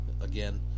again